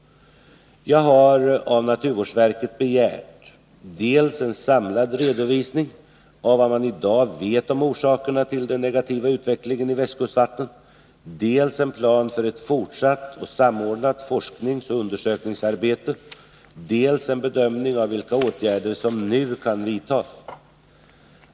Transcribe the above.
Jag har av naturvårdsverket begärt dels en samlad redovisning av vad man i dag vet om orsakerna till den negativa utvecklingen i västkustvattnen, dels en plan för ett fortsatt och samordnat forskningsoch undersökningsarbete, dels en bedömning av vilka åtgärder som nu kan vidtas.